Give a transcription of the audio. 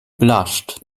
blushed